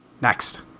Next